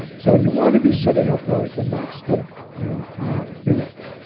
so you want to be sitting upright, but not stiff and not erect.